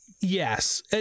Yes